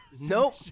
Nope